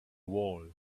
wall